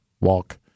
walk